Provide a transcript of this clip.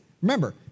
Remember